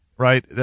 Right